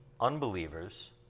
unbelievers